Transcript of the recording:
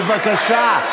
בבקשה.